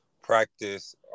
practice